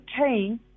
okay